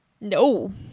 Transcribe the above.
No